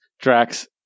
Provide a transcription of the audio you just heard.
Drax